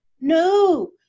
No